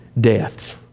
deaths